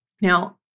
Now